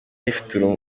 rifite